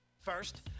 First